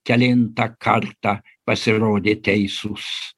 kelintą kartą pasirodė teisūs